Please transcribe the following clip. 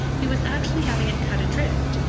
he was actually having it cut adrift,